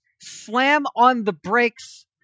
slam-on-the-brakes